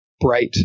bright